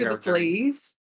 please